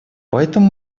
поэтому